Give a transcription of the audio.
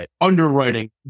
underwriting